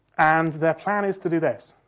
and their plan is to do this.